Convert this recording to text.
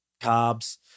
carbs